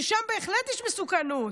ששם בהחלט יש מסוכנות?